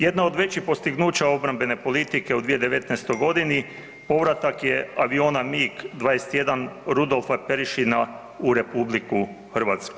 Jedno od većih postignuća obrambene politike u 2019. g. povratak je aviona MIG-21 Rudolfa Perešina u RH.